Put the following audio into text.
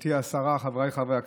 גברתי השרה, חבריי חברי הכנסת,